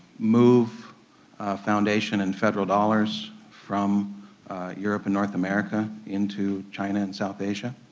move foundation and federal dollars from europe and north america into china and south asia.